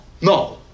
no